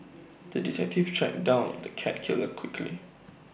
the detective tracked down the cat killer quickly